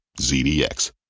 ZDX